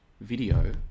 video